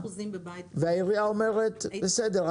והעירייה אומרת: בסדר,